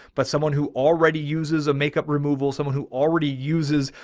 but someone who already uses a makeup removal, someone who already uses.